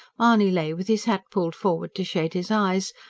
mahony lay with his hat pulled forward to shade his eyes,